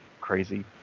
crazy